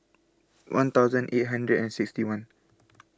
one thousand eight hundred and sixty one